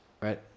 right